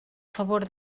favor